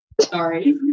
Sorry